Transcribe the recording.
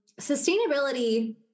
Sustainability